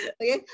okay